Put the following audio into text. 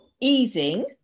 easing